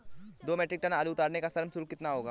दो metric tonne आलू उतारने का श्रम शुल्क कितना होगा?